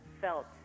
felt